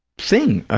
thing,